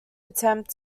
attempt